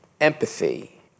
empathy